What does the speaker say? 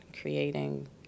creating